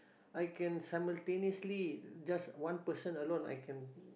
I can simultaneously just one person alone I can